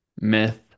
Myth